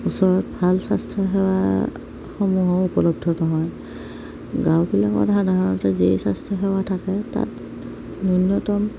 ওচৰত ভাল স্বাস্থ্যসেৱাসমূহো উপলব্ধ নহয় গাঁওবিলাকত সাধাৰণতে যি স্বাস্থ্যসেৱা থাকে তাত নূন্য়তম